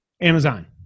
Amazon